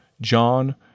John